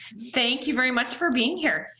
thank you very much for being here,